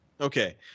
Okay